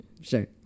Sure